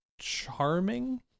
charming